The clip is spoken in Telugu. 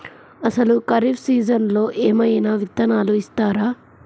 అసలు ఖరీఫ్ సీజన్లో ఏమయినా విత్తనాలు ఇస్తారా?